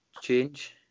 change